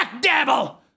devil